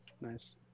nice